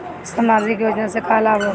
समाजिक योजना से का लाभ होखेला?